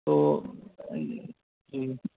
تو جی